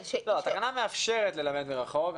התקנה מאפשרת ללמד מרחוק.